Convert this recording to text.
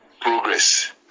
progress